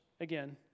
again